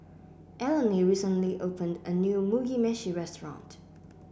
Eleni recently opened a new Mugi Meshi Restaurant